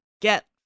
get